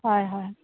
হয় হয়